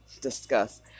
discuss